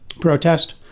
protest